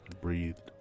breathed